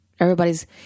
Everybody's